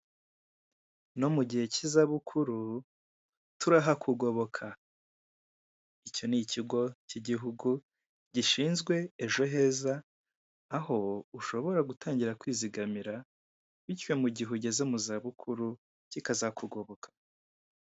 "No mugihe cy'izabukuru turahakugoboka" icyo nikigo kigihugu gishinzwe ejoheza aho ushobora gutangira kwizigamira bityo mugihe ugeze muzabukuru kikazakugoboka.